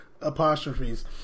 apostrophes